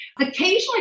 Occasionally